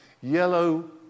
yellow